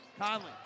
Conley